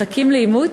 מחכים לאימוץ.